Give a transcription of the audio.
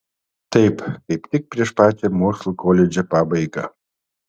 taip kaip tik prieš pačią mokslų koledže pabaigą